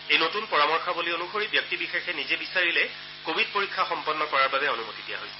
এই নতুন পৰামৰ্শৱলী অনুসৰি ব্যক্তিবিশেষে নিজে বিচাৰিলে কভিড পৰীক্ষা সম্পন্ন কৰাৰ বাবে অনুমতি দিয়া হৈছে